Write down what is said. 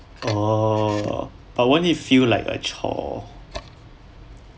oh but wouldn't if you like a chore